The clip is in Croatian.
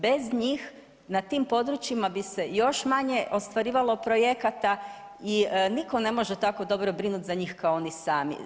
Bez njih na tim područjima bi se još manje ostvarivalo projekata i niko ne može tako dobro brinut za njih kao oni sami.